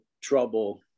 trouble